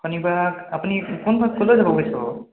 শনিবাৰত আপুনি কোনফালে কলৈ যাব ওলাইছে বাৰু